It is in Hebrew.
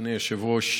אדוני היושב-ראש,